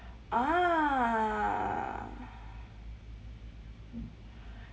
ah